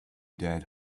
dead